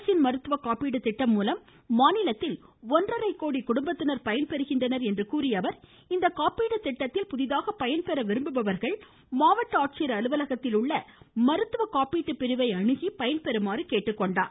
அரசின் மருத்துவ காப்பீடு திட்டம் மூலம் மாநிலத்தில் ஒன்றரை கோடி குடும்பத்தினா் பயன்பெறுகின்றனா் என்று கூறிய அவா் இந்த காப்பீடு திட்டத்தில் புதிதாக பயன்பெற விரும்புவோர் மாவட்ட ஆட்சியர் அலுவலகத்தில் உள்ள மருத்துவ காப்பீட்டு பிரிவை அணுகி பயன்பெறுமாறு கேட்டுக்கொண்டார்